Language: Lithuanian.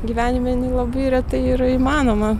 gyvenime labai retai yra įmanoma